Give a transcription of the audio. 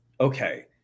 Okay